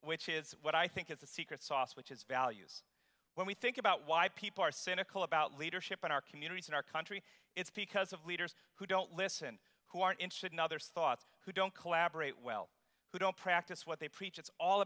which is what i think it's a secret sauce which is values when we think about why people are cynical about leadership in our communities in our country it's because of leaders who don't listen who aren't interested in others thoughts who don't collaborate well who don't practice what they preach it's all